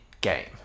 game